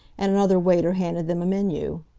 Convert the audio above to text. and another waiter handed them a menu.